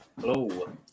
Hello